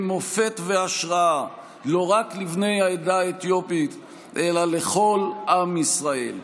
הם מופת והשראה לא רק לבני העדה האתיופית אלא לכל עם ישראל.